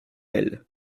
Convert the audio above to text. elle